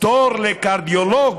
תור לקרדיולוג